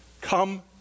Come